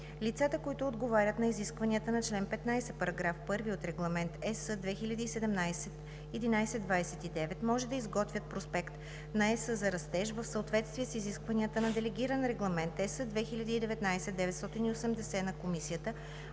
Лицата, които отговарят на изискванията на чл. 15, параграф 1 от Регламент (ЕС) 2017/1129, може да изготвят проспект на ЕС за растеж в съответствие с изискванията на Делегиран регламент (ЕС) 2019/980 на Комисията